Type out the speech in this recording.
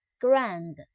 grand